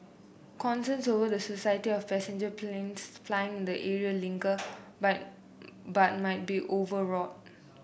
concerns over the society of passenger planes flying in the area linger but but might be overwrought